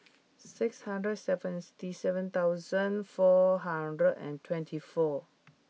six hundred seventy seven four hundred and twenty four